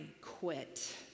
quit